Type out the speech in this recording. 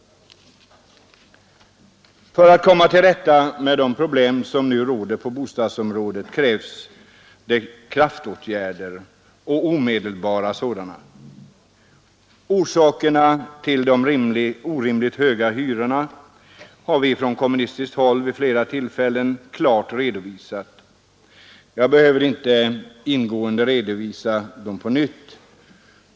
För att komma till rätta med de problem som nu råder på bostadsområdet krävs omedelbara kraftåtgärder. Orsakerna till de orimligt höga hyrorna har vi från kommunistiskt håll vid flera tillfällen klart redovisat. Jag behöver inte ingående redovisa dessa på nytt.